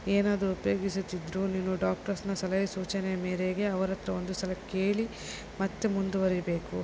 ಏನಾದರೂ ಉಪಯೋಗಿಸುತಿದ್ದರೂ ನೀನು ಡಾಕ್ಟರ್ಸ್ನ ಸಲಹೆ ಸೂಚನೆ ಮೇರೆಗೆ ಅವರ ಹತ್ರ ಒಂದು ಸಲ ಕೇಳಿ ಮತ್ತೆ ಮುಂದುವರಿಯಬೇಕು